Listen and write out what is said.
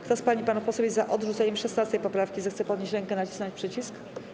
Kto z pań i panów posłów jest za odrzuceniem 16. poprawki, zechce podnieść rękę i nacisnąć przycisk.